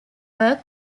were